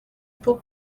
paul